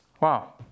Wow